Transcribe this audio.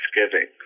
Thanksgiving